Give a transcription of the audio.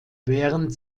während